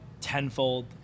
tenfold